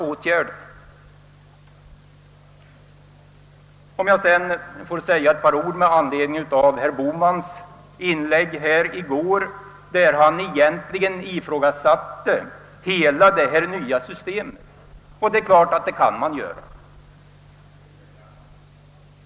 Jag skulle sedan vilja säga några ord med anledning av herr Bohmans inlägg i går i vilket han egentligen ifrågasatte hela det nya systemet, och det är klart att det kan man göra.